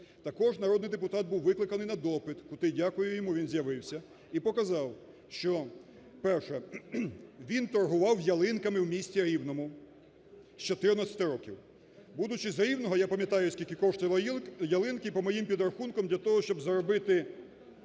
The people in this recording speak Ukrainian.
Також народний депутат був викликаний на допит, куди, дякую йому, він з'явився і показав, що, перше, він торгував ялинками у місті Рівному з 14 років. Будучи з Рівного, я пам'ятаю скільки коштували ялинки, по моїм підрахункам, для того, щоб заробити